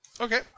okay